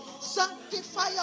Sanctify